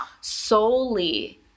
solely